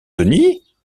denis